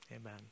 Amen